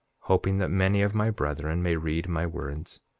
hoping that many of my brethren may read my words.